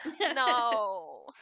No